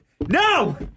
No